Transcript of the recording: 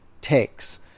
takes